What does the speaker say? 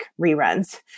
reruns